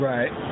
Right